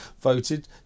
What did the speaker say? voted